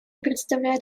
представляют